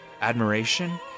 admiration